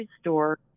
store